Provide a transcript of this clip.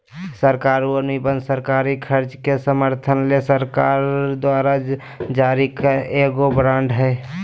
सरकारी अनुबंध सरकारी खर्च के समर्थन ले सरकार द्वारा जारी करल एगो बांड हय